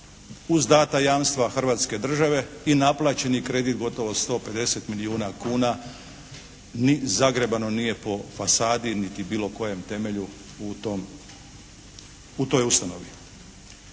Uz dana jamstva Hrvatske države i naplaćeni kredit gotovo 150 milijuna kuna ni zagrebano nije po fasadi niti bilo kojem temelju u tom, u toj ustanovi.